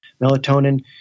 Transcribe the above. Melatonin